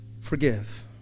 forgive